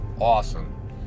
awesome